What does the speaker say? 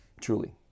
truly